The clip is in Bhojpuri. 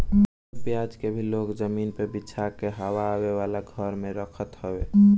आलू पियाज के भी लोग जमीनी पे बिछा के हवा आवे वाला घर में रखत हवे